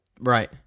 Right